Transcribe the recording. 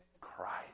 Christ